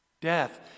Death